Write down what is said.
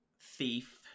Thief